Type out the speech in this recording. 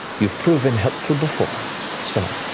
you've proven helpful before so